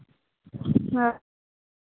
ᱦᱮᱸ